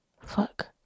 Fuck